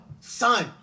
son